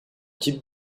type